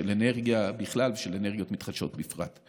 של אנרגיה בכלל ושל אנרגיות מתחדשות בפרט.